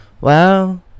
Wow